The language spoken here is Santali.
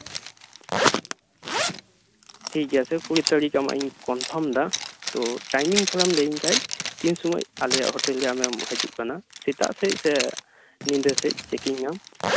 ᱴᱷᱤᱠ ᱜᱮᱭᱟ ᱥᱮᱨ ᱠᱩᱲᱤ ᱛᱟᱨᱤᱠᱷ ᱟᱢᱟᱜ ᱤᱧ ᱠᱚᱱᱯᱷᱟᱨᱢ ᱮᱫᱟ ᱛᱳ ᱴᱟᱭᱢᱤᱝ ᱛᱷᱚᱲᱟᱢ ᱞᱟᱹᱭ ᱤᱧ ᱠᱷᱟᱱ ᱛᱤᱱ ᱥᱚᱢᱚᱭ ᱟᱞᱮᱭᱟᱜ ᱦᱳᱴᱮᱞ ᱨᱮ ᱟᱢᱮᱢ ᱦᱤᱡᱩᱜ ᱠᱟᱱᱟ ᱥᱮᱛᱟᱜ ᱥᱮᱜ ᱥᱮ ᱧᱤᱫᱟᱹ ᱥᱮᱜ ᱪᱮᱠᱤᱝ ᱟᱢ